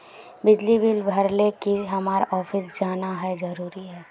बिजली बिल भरे ले की हम्मर ऑफिस जाना है जरूरी है?